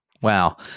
Wow